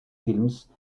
films